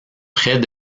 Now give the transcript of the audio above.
près